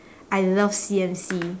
I love C_M_C